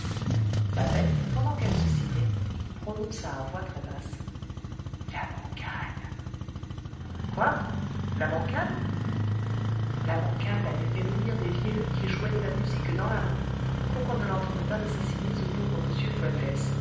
babette pendant qu'elle se signait prononça à voix très basse la bancal quoi la bancal la bancal avait fait venir des vielleux qui jouaient de la musique dans la rue pour qu'on ne l'entende pas assassiner ce pauvre